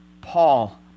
Paul